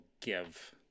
give